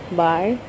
bye